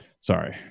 Sorry